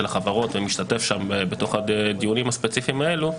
חברות ומשתתף שם בתוך הדיונים הספציפיים האלו,